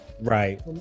Right